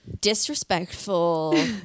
Disrespectful